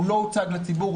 הוא לא הוצג לציבור,